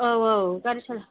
औ औ गारि